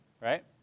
right